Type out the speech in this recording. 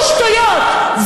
הוא שטויות.